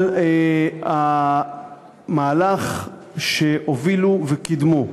על המהלך שהם הובילו וקידמו.